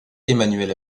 emanuel